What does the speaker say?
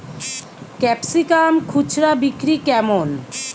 Capsicum খুচরা বিক্রি কেমন?